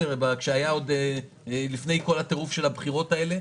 לפני כל הטירוף של הבחירות האלה.